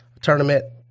tournament